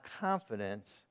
confidence